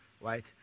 right